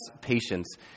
patience